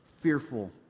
fearful